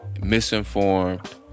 misinformed